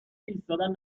ایستادن